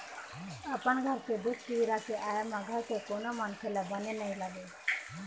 अपन घर के दुख पीरा के आय म घर के कोनो मनखे ल बने नइ लागे